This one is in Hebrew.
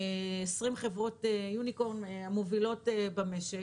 20 חברות יוניקום המובילות במשק,